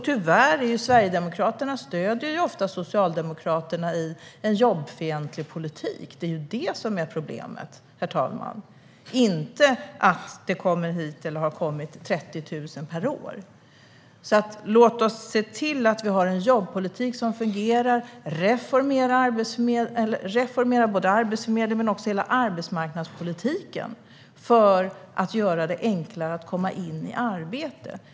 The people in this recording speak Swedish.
Tyvärr stöder Sverigedemokraterna ofta Socialdemokraterna i en jobbfientlig politik. Det är det som är problemet, herr talman, och inte att det har kommit hit 30 000 personer per år. Låt oss se till att vi har en jobbpolitik som fungerar och att vi reformerar både Arbetsförmedlingen och hela arbetsmarknadspolitiken för att göra det enklare att komma in i arbete.